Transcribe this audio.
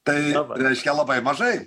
tai reiškia labai mažai